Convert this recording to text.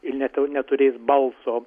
ir netu neturės balso